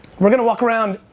we're gonna walk around,